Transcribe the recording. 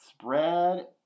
Spread